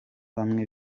bamwe